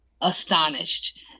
Astonished